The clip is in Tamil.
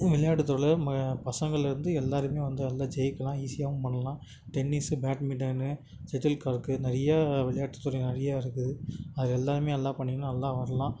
விளையாட்டு துறையில் ம பசங்கள்லேருந்து எல்லோருமே வந்து நல்ல ஜெயிக்கலாம் ஈஸியாகவும் பண்ணலாம் டென்னிஸ்ஸு பேட்மிட்டன்னு செட்டில்கார்க்கு நிறையா விளையாட்டு துறை நிறையா இருக்குது அது எல்லாம் நல்லா பண்ணிங்கன்னா நல்லா வரலாம்